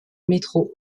métro